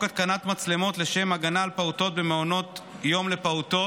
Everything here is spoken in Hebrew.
התקנת מצלמות לשם הגנה על פעוטות במעונות יום לפעוטות,